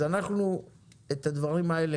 הדברים האלה